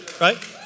Right